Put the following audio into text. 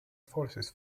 forces